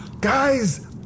Guys